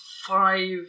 five